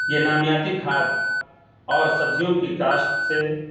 یہ نامیاتی کھاد اور سبزیوں کی کاشت سے